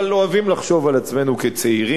אבל אנחנו אוהבים לחשוב על עצמנו כצעירים.